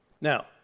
Now